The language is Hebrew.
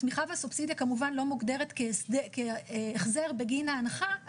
התמיכה והסובסידיה כמובן לא מוגדרת כהחזר בגין ההנחה,